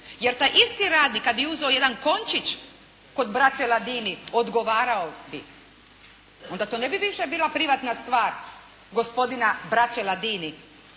Jer taj isti radnik kada bi uzeo jedan končić kod braće Ladini odgovarao bi. Onda to ne bi više bila privatna stvar gospodina braće Ladini